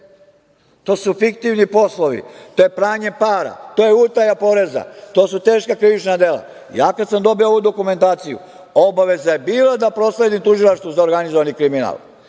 To su fiktivni poslovi, to je pranje para, to je utaja poreza, to su teška krivična dela. Ja kad sam dobio ovu dokumentaciju, obaveza je bila da prosledim Tužilaštvu za organizovani kriminal.